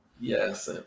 Yes